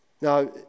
Now